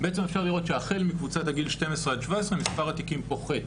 בעצם אפשר לראות שהחל מקבוצת הגיל 12 17 מספר התיקים פוחת,